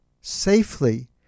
safely